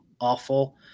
awful